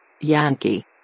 Yankee